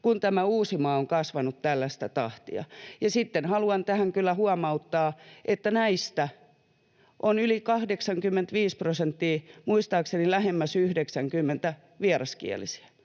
kun Uusimaa on kasvanut tällaista tahtia. Ja sitten haluan tähän kyllä huomauttaa, että näistä on yli 85 prosenttia, muistaakseni lähemmäs 90, vieraskielisiä.